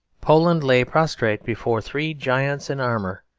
poland lay prostrate before three giants in armour,